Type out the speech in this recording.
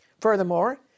Furthermore